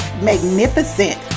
magnificent